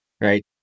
right